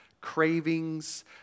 cravings